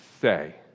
say